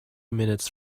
minutes